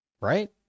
right